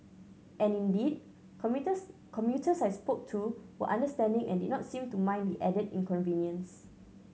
and indeed commuters I spoke to were understanding and did not seem to mind the added inconvenience